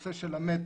הנושא של המטרו,